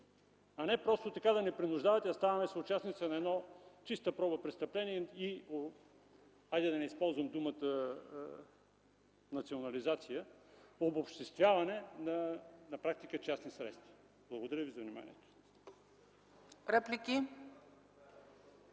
а не да ни принуждавате да ставаме съучастници на едно чиста проба престъпление и – хайде, да не използвам думата „национализация”, обобществяване на практика на частни средства. Благодаря ви за вниманието.